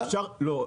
לא.